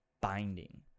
binding